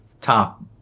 top